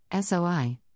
SOI